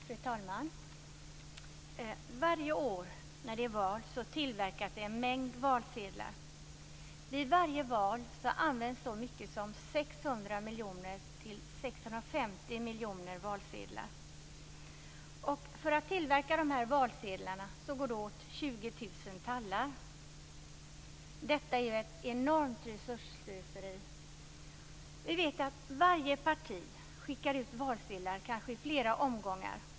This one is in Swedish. Fru talman! Varje år då det är val tillverkas en mängd valsedlar. Vid varje val används så många som 600-650 miljoner valsedlar. För att tillverka dessa valsedlar går det åt 20 000 tallar. Detta är ett enormt resursslöseri. Vi vet att varje parti skickar ut valsedlar, kanske i flera omgångar.